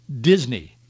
Disney